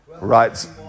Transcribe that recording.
right